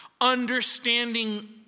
understanding